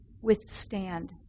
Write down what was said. withstand